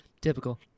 Typical